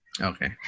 Okay